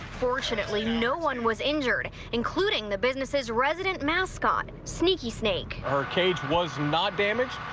fortunately, no one was injured including the businesses resident mascot sneaky snake her cage was not damaged.